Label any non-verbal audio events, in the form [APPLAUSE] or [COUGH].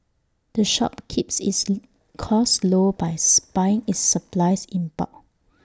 the shop keeps its costs low by [UNINTELLIGIBLE] buying its supplies in bulk